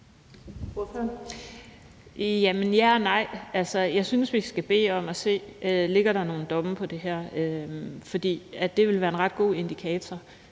Ja og nej. Altså, jeg synes, vi skal bede om at se, om der ligger nogen domme om det her. For det vil være en ret god indikator.